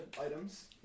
items